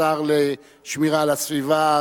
השר לשמירה על הסביבה,